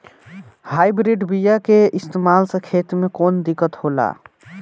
Hybrid बीया के इस्तेमाल से खेत में कौन दिकत होलाऽ?